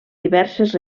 diverses